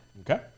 Okay